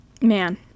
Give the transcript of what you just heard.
Man